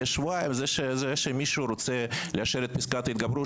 שבועיים זה שמישהו רוצה לאשר את פסקת ההתגברות